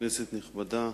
כנסת נכבדה,